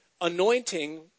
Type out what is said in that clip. anointing